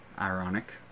Ironic